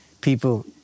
people